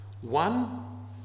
One